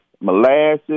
molasses